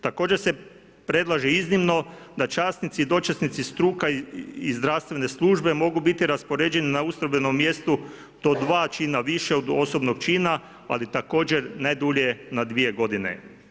Također se predlaže iznimno da časnici i dočasnici struka i zdravstvene službe mogu biti raspoređeni na ustrojbeno mjesto do 2 čina više od osobnog čina, ali također najdulje na 2 godine.